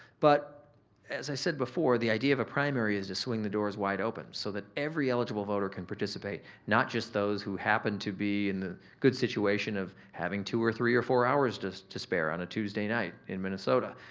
but as i said before, the idea of a primary is to swing the doors wide open so that every eligible voter can participate not just those who happen to be in the good situation of having two or three or four hours just to spare on a tuesday night in minnesota.